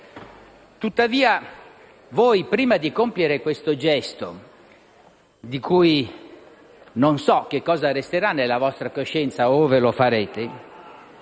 Tuttavia, voi, prima di compiere questo gesto, di cui non so cosa resterà nella vostra coscienza ove lo farete,